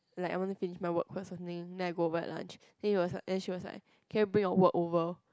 like I want to finish my work first something then I go buy lunch then he was like she was like can you bring your work over